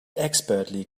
expertly